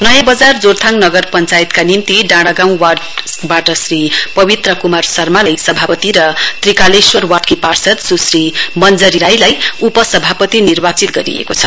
नयाँ बजार जोरथाङ नगर पञ्चायतका निम्ति डाँडागाँउ वार्ड श्री पवित्र कुमार शर्मालाई सभापति र त्रिकालेश्वर वार्डकी पार्षद स्श्री मञ्जरी राईलाई नगर उपाध्यक्ष निर्वाचित गरिएको छ